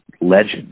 legends